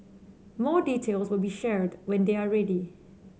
more details will be shared when they are ready